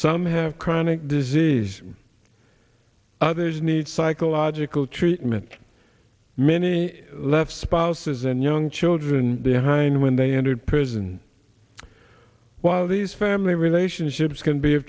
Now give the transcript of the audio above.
some have chronic disease others need psychological treatment many left spouses and young children they hine when they entered prison while these family relationships can be